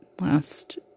Last